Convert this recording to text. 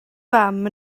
fam